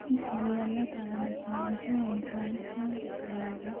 اس لیے اللہ تعالیٰ نے کہا ہے جو انسان اسلام کو پھیلائے گا